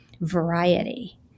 variety